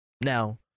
Now